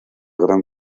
gran